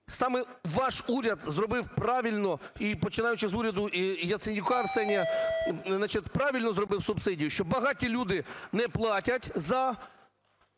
саме ваш уряд зробив правильно, і починаючи з уряду Яценюка Арсенія, значить, правильно зробив субсидію, що багаті люди не платять за